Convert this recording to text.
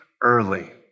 early